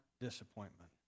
disappointment